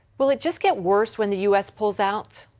will it just gets worse when the u s. pulls out?